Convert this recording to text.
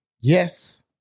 yes